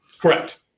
Correct